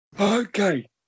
Okay